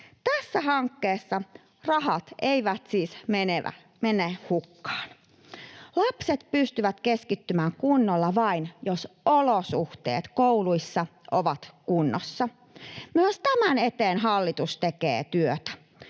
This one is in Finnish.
Tässä hankkeessa rahat eivät siis mene hukkaan. Lapset pystyvät keskittymään kunnolla vain, jos olosuhteet kouluissa ovat kunnossa. Myös tämän eteen hallitus tekee työtä.